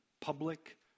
public